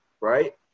right